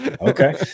Okay